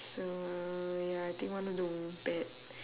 so ya I think one of the w~ bad